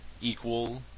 equal